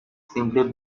simply